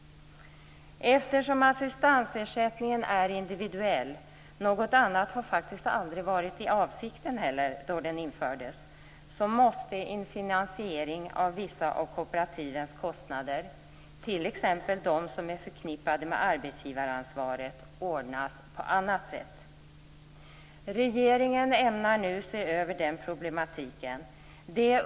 Eftersom assistansersättningen är individuell, något annat var heller aldrig avsikten då den infördes, måste en finansiering av vissa av kooperativens kostnader, t.ex. de kostnader som är förknippade med att arbetsgivaransvaret, ordnas på annat sätt. Regeringen ämnar nu se över den problematiken.